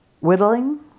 whittling